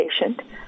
patient